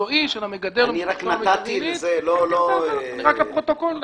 המקצועי של המגדל --- אני רק נתתי --- רק לפרוטוקול.